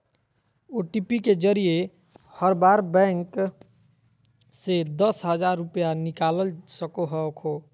OTP के जरिए हर बार बैंक से दस हजार रुपए निकाल सको हखो